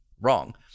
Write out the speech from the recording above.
wrong